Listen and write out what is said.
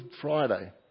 Friday